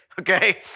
okay